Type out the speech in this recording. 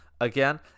again